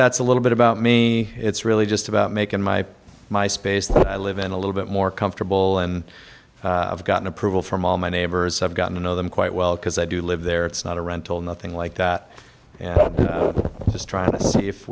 that's a little bit about me it's really just about making my my space look i live in a little bit more comfortable and gotten approval from all my neighbors have gotten to know them quite well because i do live there it's not a rental nothing like that just trying to see if